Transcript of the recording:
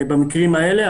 במקרים האלה,